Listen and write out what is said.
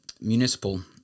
municipal